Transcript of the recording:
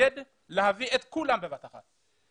שיתנגד להביא את כולם בבת אחת.